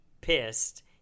pissed